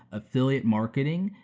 affiliate marketing,